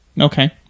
Okay